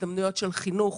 בהזדמנויות של חינוך,